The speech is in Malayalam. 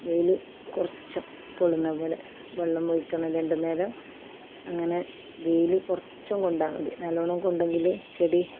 വെയിൽ കുറച്ചു കൊള്ളുന്നത് പോലെ വെള്ളം ഒഴിക്കണം രണ്ട് നേരം അങ്ങനെ വെയിൽ കുറച്ചു കൊണ്ടാൽ മതി നല്ലവണ്ണം കൊണ്ടെങ്കിൽ ചെടി